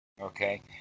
Okay